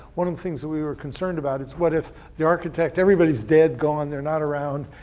one of the things we were concerned about is what if the architect, everybody's dead, gone, they're not around,